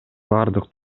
бардык